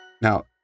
Now